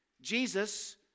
Jesus